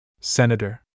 Senator